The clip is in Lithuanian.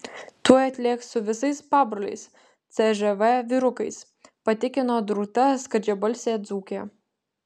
tuoj atlėks su visais pabroliais cžv vyrukais patikino drūta skardžiabalsė dzūkė